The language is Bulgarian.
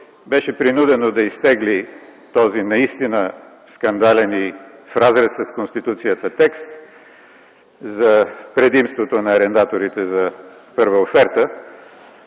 беше принудено да изтегли този наистина скандален и в разрез с Конституцията текст за предимството на арендаторите за първа оферта,